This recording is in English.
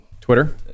Twitter